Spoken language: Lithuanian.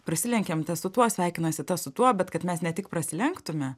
prasilenkiam su tuo sveikinasi tas su tuo bet kad mes ne tik prasilenktume